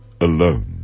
alone